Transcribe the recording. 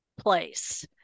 place